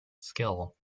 skill